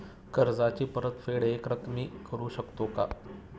कर्जाची परतफेड एकरकमी करू शकतो का?